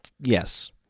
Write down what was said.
yes